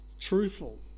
truthful